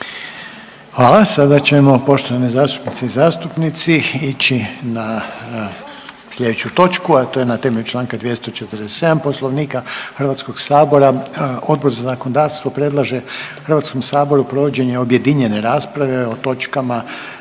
(HDZ)** Sada ćemo poštovane zastupnice i zastupnici ići na sljedeću točku, a to je na temelju članka 247. Poslovnika Hrvatskoga sabora Odbor za zakonodavstvo predlaže Hrvatskom saboru provođenje objedinjene rasprave o točkama